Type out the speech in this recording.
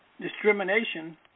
discrimination